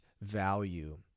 value